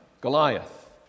Goliath